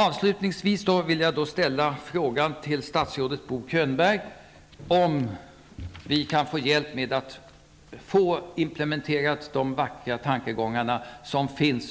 Avslutningsvis vill jag fråga statsrådet Bo Könberg om vi kan få hjälp med att implementera de vackra tankar som